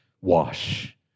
wash